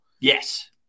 Yes